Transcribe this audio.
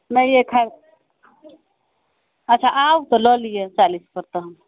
नहि अछि खाइ के अच्छा आउ तऽ लऽ लिअ चालिस पर तहन